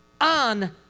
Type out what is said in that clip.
on